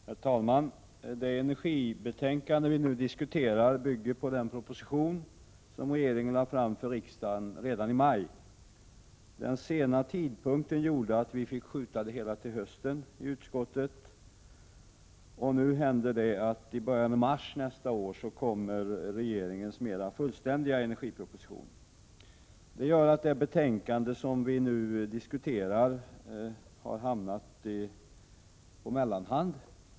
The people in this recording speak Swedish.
Herr talman! Det energibetänkande vi nu diskuterar bygger på den proposition som regeringen lade fram för riksdagen redan i maj. Den sena tidpunkten gjorde att utskottet fick uppskjuta behandlingen av den till hösten. Nu händer det att i början av mars nästa år kommer regeringens mer fullständiga energiproposition. Det gör att det betänkande som vi nu 31 diskuterar har kommit på mellanhand.